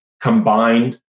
combined